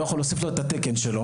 לא יכול להוסיף לו את התקן שלו.